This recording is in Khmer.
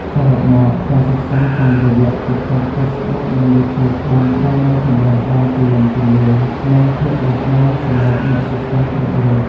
សរុបមក ការសិក្សាតាមរយៈ តិកតុក ហ្វេសបុក និង យូធូប បានផ្តល់នូវជម្រើសដ៏ទូលំទូលាយ និងភាពបត់បែនសម្រាប់អ្នកសិក្សាគ្រប់រូប។